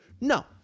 No